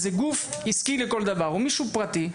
כשזה גוף עסקי לכל דבר או מישהו פרטי,